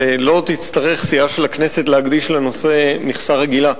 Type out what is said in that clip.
ולא תצטרך סיעה של הכנסת להקדיש לנושא מהמכסה להצעה רגילה.